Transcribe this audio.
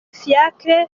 fiacre